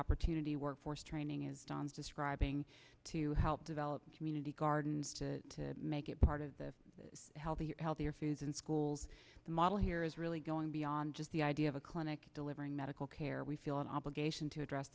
opportunity workforce training is don's describing to help develop community gardens to make it part of the healthier healthier foods in schools the model here is really going beyond just the idea of a clinic delivering medical care we feel an obligation to address